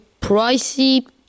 pricey